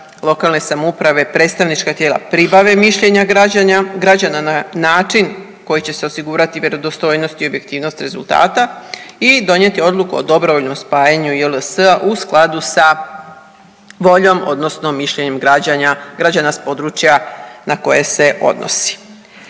lokalne samouprave predstavnička tijela pribave mišljenja građana na način koji će se osigurati vjerodostojnost i objektivnost rezultata i donijeti odluku o dobrovoljnom spajanju JLS-a u skladu sa voljom odnosno mišljenjem građana s područja na koje se odnosi.